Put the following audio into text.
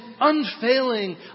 unfailing